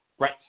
Right